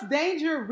danger